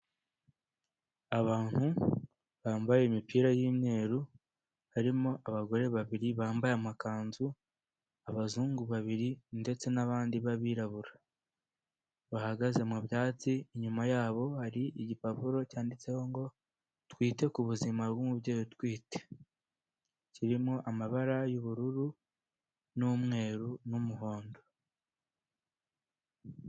Abantu bambaye imipira y'imyeru, harimo abagore babiri bambaye amakanzu, abazungu babiri ndetse n'abandi b'abirabura. Bahagaze mu byatsi, inyuma yabo hari igipapuro cyanditseho ngo: ''Twite ku buzima bw'umubyeyi utwite.'' Kirimo amabara y'ubururu n'umweru n'umuhondo.